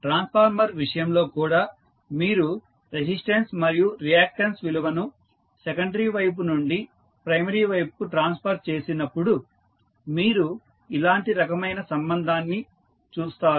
transformer విషయంలో కూడా మీరు రెసిస్టెన్స్ మరియు రియాక్టన్స్ విలువను సెకండరీ వైపు నుండి ప్రైమరీ వైపుకు ట్రాన్స్ఫర్ చేసినప్పుడు మీరు ఇలాంటి రకమైన సంబంధాన్ని చూస్తారు